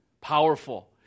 Powerful